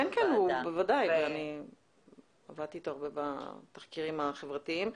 כן, בוודאי, אני עבדתי איתו בתחקירים החברתיים.